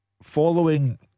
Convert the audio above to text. Following